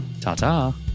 ta-ta